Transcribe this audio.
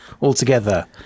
altogether